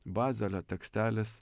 bazelio tekstelis